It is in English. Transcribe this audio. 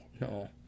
no